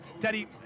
Teddy